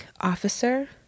officer